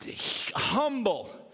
humble